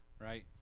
right